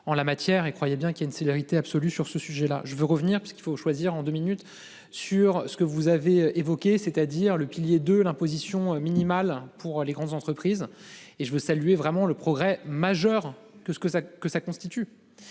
en la matière et croyez bien qu'il y a une solidarité absolue sur ce sujet-là, je veux revenir puisqu'il faut choisir en 2 minutes sur ce que vous avez évoquées, c'est-à-dire le pilier de l'imposition minimale pour les grandes entreprises et je veux saluer vraiment le progrès majeurs que ce que